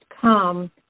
come